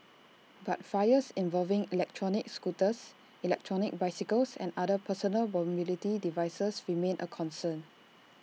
but fires involving electronic scooters electronic bicycles and other personal mobility devices remain A concern